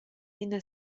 ina